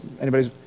anybody's